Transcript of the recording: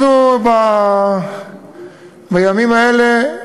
אנחנו בימים האלה